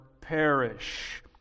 perish